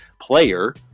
player